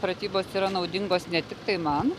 pratybos yra naudingos ne tiktai man